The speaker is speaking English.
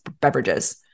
beverages